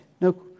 No